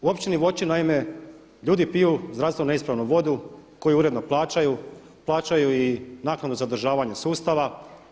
U Općini Voćin naime ljudi piju zdravstveno neispravnu vodu koju uredno plaćaju, plaćaju i naknadu za održavanje sustava.